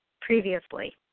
previously